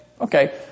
Okay